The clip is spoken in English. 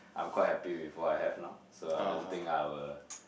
I'm quite happy with what I have now so I don't think I will